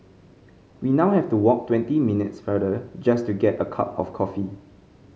we now have to walk twenty minutes farther just to get a cup of coffee